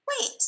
wait